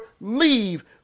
leave